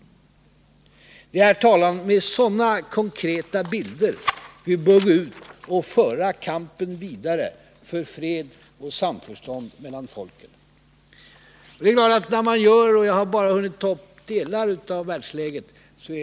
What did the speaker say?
Det är, herr talman, med sådana konkreta bilder vi bör gå ut och föra kampen vidare för fred och samförstånd mellan folken. Jag har bara hunnit ta upp delar av världsläget.